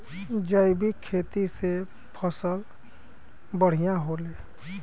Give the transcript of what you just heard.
जैविक खेती से फसल बढ़िया होले